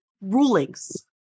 rulings